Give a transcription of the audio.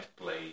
play